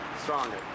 Stronger